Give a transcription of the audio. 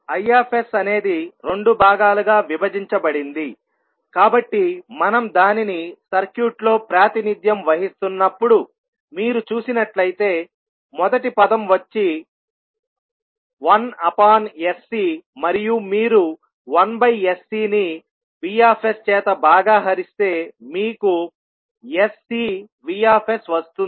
Is అనేది రెండు భాగాలుగా విభజించబడిందికాబట్టి మనం దానిని సర్క్యూట్లో ప్రాతినిధ్యం వహిస్తున్నప్పుడు మీరు చూసినట్లయితే మొదటి పదం వచ్చి 1 అప్ ఆన్ Sc మరియు మీరు 1sCని Vచేత భాగాహరిస్తే మీకు sCVవస్తుంది